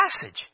passage